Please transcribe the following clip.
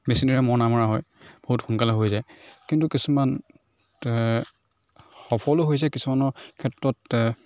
মেচিনেৰে মৰণা মৰা হয় বহুত সোনকালে হৈ যায় কিন্তু কিছুমান সফলো হৈছে কিছুমানৰ ক্ষেত্ৰতে